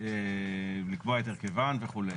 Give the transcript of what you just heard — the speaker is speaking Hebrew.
לקבוע את הרכבן וכו'.